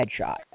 headshot